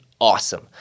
awesome